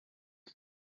com